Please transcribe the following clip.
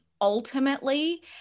ultimately